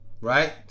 Right